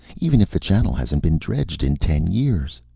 even if the channel hasn't been dredged in ten years.